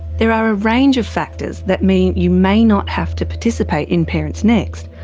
there are a range of factors that mean you may not have to participate in parents next.